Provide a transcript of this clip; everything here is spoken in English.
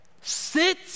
Sit